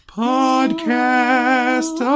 podcast